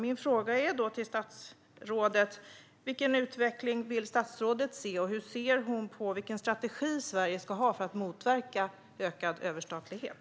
Min fråga till statsrådet är: Vilken utveckling vill statsrådet se, och hur ser hon på vilken strategi Sverige ska ha för att motverka ökad överstatlighet?